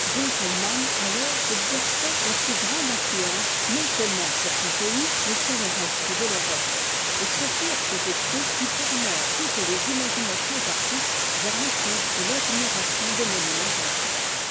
alors exerça la plus grande influence non-seulement sur son pays mais sur le reste de l'europe et ce furent ses écrits qui tournèrent toutes les imaginations artistes vers l'étude et l'admiration des monuments antiques